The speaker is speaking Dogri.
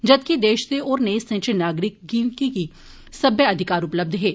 जदके देश दे होरनें हिस्सें च नागरिकें गी ओ सब्बै अधिकार उपलब्ध हे